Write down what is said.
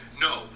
No